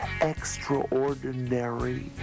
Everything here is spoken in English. extraordinary